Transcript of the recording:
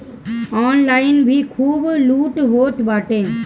online भी खूब लूट होत बाटे